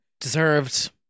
Deserved